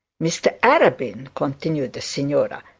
mr arabin continued the signora,